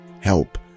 help